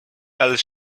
else